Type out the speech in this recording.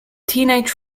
teenage